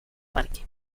parque